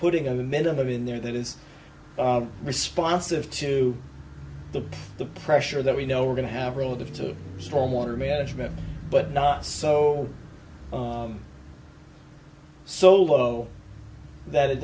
putting a minimum in there that is responsive to the the pressure that we know we're going to have relative to storm water management but not so so low that it